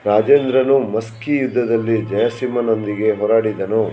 ರಾಜೇಂದ್ರನು ಮಸ್ಕಿ ಯುದ್ಧದಲ್ಲಿ ಜಯಸಿಂಹನೊಂದಿಗೆ ಹೋರಾಡಿದನು